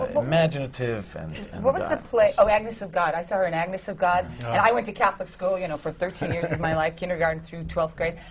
imaginative. and and what was the play oh, agnes of god, i saw her in agnes of god. and i went to catholic school, you know, for thirteen years of my life, kindergarten through twelfth grade.